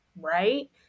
right